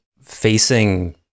facing